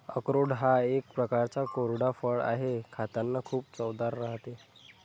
अक्रोड हा एक प्रकारचा कोरडा फळ आहे, खातांना खूप चवदार राहते